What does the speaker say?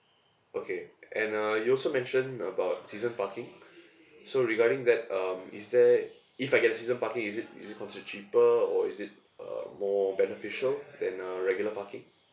okay and uh you also mentioned about season parking so regarding that um is there if I get season parking is it is it considered cheaper or is it uh more beneficial than uh regular parking